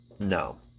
No